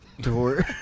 Door